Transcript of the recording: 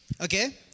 okay